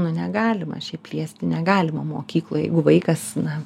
nu negalima šiaip liesti negalima mokykloj jeigu vaikas na